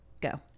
go